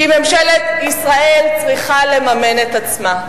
כי ממשלת ישראל צריכה לממן את עצמה.